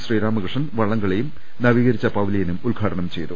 ശ്രീരാമകൃഷ്ണൻ വള്ളംകളിയും നവീകരിച്ച പവിലിയനും ഉദ്ഘാടനം ചെയ്തു